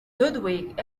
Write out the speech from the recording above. ludwig